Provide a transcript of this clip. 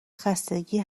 خستگی